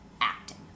acting